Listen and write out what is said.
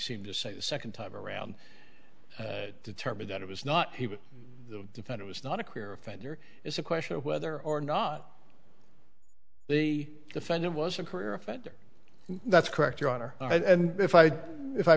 seemed to say the second time around determined that it was not he would defend it was not a clear offender it's a question of whether or not the defendant was a career offender that's correct your honor and if i if i